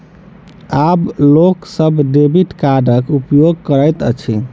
आब लोक सभ डेबिट कार्डक उपयोग करैत अछि